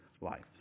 life